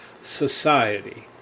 Society